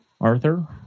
Arthur